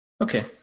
Okay